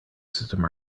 system